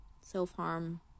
self-harm